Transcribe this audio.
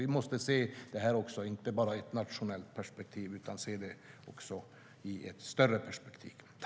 Vi får inte bara se det här i ett nationellt perspektiv utan i ett större perspektiv.